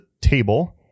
table